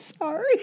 Sorry